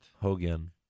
Hogan